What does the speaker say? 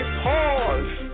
pause